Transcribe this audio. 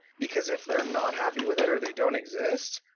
because if they're not happy with it or they don't exist,